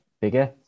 bigger